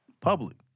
public